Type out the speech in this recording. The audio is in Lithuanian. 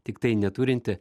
tiktai neturinti